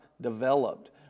developed